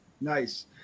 Nice